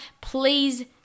please